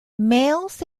males